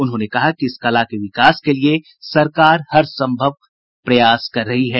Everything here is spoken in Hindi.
उन्होंने कहा कि इस कला के विकास के लिये सरकार हरसंभव कदम उठा रही है